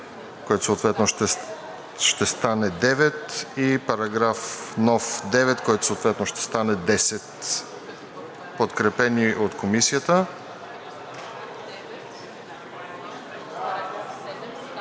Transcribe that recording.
който съответно ще стане § 9, и параграф, нов § 9, който съответно ще стане § 10, подкрепени от Комисията,